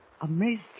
Amazed